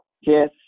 Yes